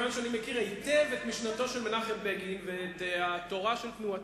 מכיוון שאני מכיר היטב את משנתו של מנחם בגין ואת התורה של תנועתי,